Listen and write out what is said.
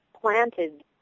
planted